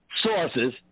sources